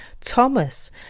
Thomas